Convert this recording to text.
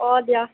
অঁ দিয়া